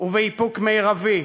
ובאיפוק מרבי.